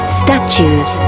statues